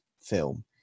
film